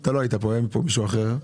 אתה לא היית פה; היה מישהו אחר.